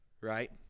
right